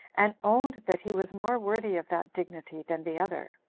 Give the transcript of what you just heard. and owned that he was more worthy of that dignity than the other.